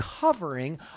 covering